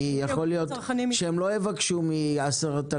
כי יכול להיות שהם לא יבקשו מעסקים קטנים.